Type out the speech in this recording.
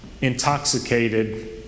intoxicated